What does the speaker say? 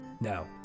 No